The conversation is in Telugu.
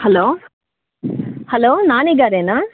hello hello నానీగారేనా